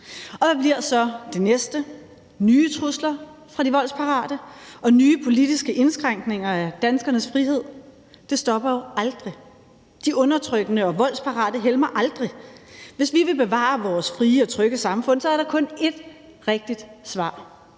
Hvad bliver så det næste? Bliver det nye trusler fra de voldsparate og nye politiske indskrænkninger af danskernes frihed? Det stopper jo aldrig. De undertrykkende og voldsparate helmer aldrig. Hvis vi vil bevare vores frie og trygge samfund, er der kun et rigtigt svar: